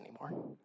anymore